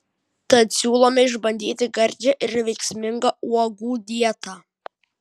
tad siūlome išbandyti gardžią ir veiksmingą uogų dietą